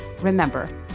remember